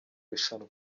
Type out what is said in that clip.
rushanwa